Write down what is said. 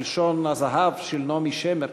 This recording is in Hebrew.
כלשון הזהב של נעמי שמר,